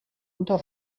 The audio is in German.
unter